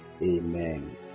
Amen